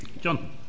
John